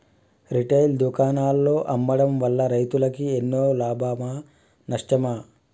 Retail దుకాణాల్లో అమ్మడం వల్ల రైతులకు ఎన్నో లాభమా నష్టమా?